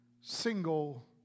single